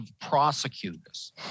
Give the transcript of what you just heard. prosecutors